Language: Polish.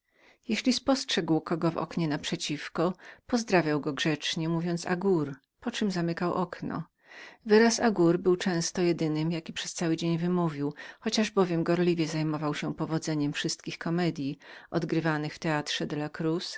jeżeli spostrzegał kogo w przeciwnem oknie pozdrawiał go grzecznie mówiąc agour po czem zamykał okno ten wyraz agour był często jedynym jaki przez cały dzień wymówił chociaż bowiem gorliwie zajmował się powodzeniem wszystkich komedyi odgrywanych w teatrze della cruz